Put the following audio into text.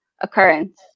occurrence